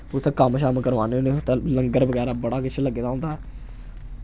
उत्थै कम्म शम्म करवाने होन्ने ते लंगर बगैरा बड़ा किश लग्गे दा होंदा